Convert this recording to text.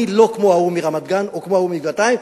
אני לא כמו ההוא מרמת-גן או כמו ההוא מגבעתיים,